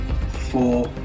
four